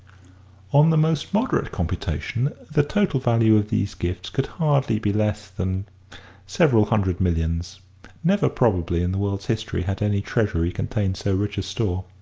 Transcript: on the most moderate computation, the total value of these gifts could hardly be less than several hundred millions never probably in the world's history had any treasury contained so rich a store.